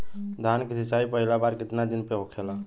धान के सिचाई पहिला बार कितना दिन पे होखेला?